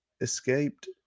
escaped